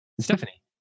Stephanie